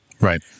Right